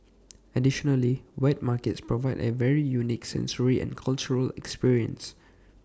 additionally wet markets provide A very unique sensory and cultural experience